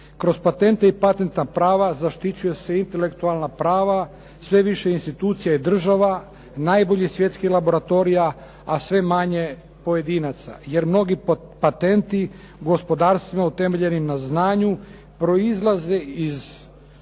Kroz patente i patentna prava zaštićuju se intelektualna prava sve više institucija i država, najboljih svjetskih laboratorija, a sve manje pojedinaca jer mnogi patenti gospodarstveno utemeljenim za znanju proizlaze iz